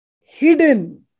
hidden